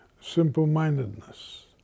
simple-mindedness